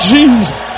Jesus